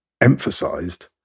emphasized